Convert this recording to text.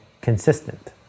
consistent